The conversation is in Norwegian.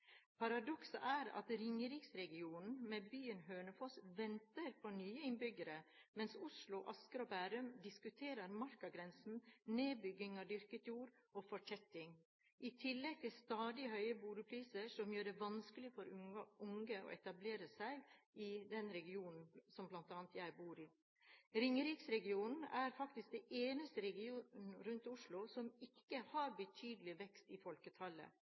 Paradokset er at Ringeriksregionen med byen Hønefoss venter på nye innbyggere, mens Oslo, Asker og Bærum diskuterer markagrensen, nedbygging av dyrket jord og fortetting, i tillegg til stadig høyere boligpriser, som gjør det vanskelig for unge å etablere seg i den regionen som bl.a. jeg bor i. Ringeriksregionen er faktisk den eneste regionen rundt Oslo som ikke har betydelig vekst i folketallet.